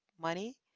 money